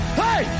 hey